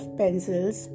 pencils